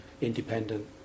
independent